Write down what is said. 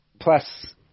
plus